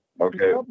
Okay